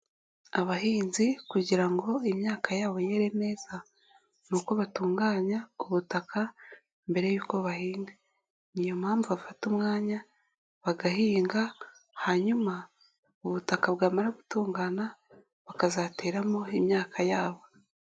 Abahinzi kugira ngo imyaka yabo yere neza n'uko batunganya ubutaka, mbere y'uko bahinga ,ni iyo mpamvu bafata umwanya, bagahinga, hanyuma ubutaka bwamara gutungana, bakazateramo imyaka yabo.